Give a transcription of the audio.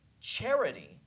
charity